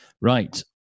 Right